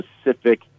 specific